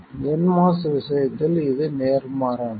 nMOS விஷயத்தில் இது நேர்மாறானது